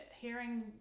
hearing